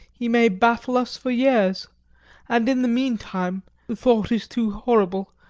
he may baffle us for years and in the meantime the thought is too horrible,